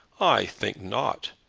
i think not.